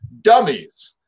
dummies